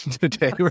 today